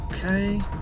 Okay